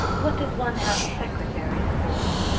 what does one have secretaries for?